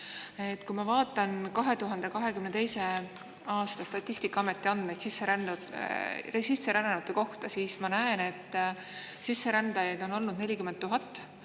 Kui ma vaatan 2022. aasta Statistikaameti andmeid sisserännanute kohta, siis ma näen, et sisserändajaid oli 40 000.